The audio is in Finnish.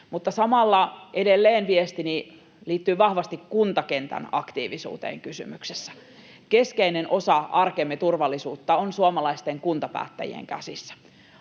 edelleen viestini liittyy vahvasti kuntakentän aktiivisuuteen kysymyksessä. Keskeinen osa arkemme turvallisuutta on suomalaisten kuntapäättäjien käsissä.